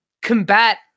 combat